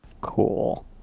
Cool